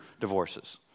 divorces